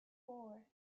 four